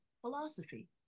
philosophy